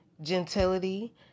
gentility